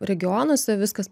regionuose viskas